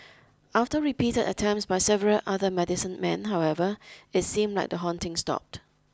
after repeated attempts by several other medicine men however it seemed like the haunting stopped